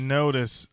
notice